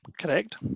Correct